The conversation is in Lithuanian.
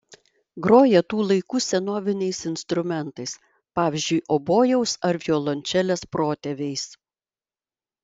groja tų laikų senoviniais instrumentais pavyzdžiui obojaus ar violončelės protėviais